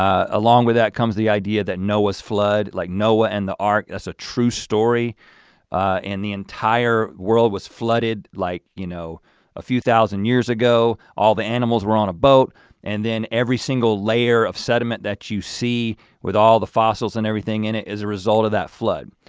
along with that, comes the idea that noah's flood like noah and the ark is a true story and the entire world was flooded like you know a few thousand years ago. all the animals were on a boat and then every single layer of sediment that you see with all the fossils and everything in it is a result of that flood.